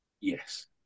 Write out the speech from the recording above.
Yes